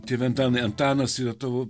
tėve antanai antanas yra tavo